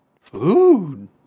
food